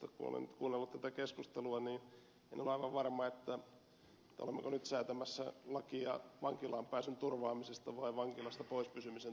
kun olen nyt kuunnellut tätä keskustelua niin en ole aivan varma olemmeko nyt säätämässä lakia vankilaan pääsyn turvaamisesta vai vankilasta pois pysymisen turvaamisesta